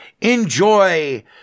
enjoy